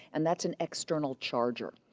and that's an external charger.